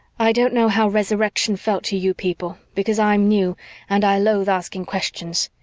i don't know how resurrection felt to you people, because i'm new and i loathe asking questions,